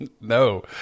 No